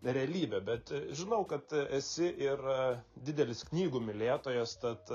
realybe bet žinau kad esi yra ir didelis knygų mylėtojas tad